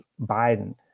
Biden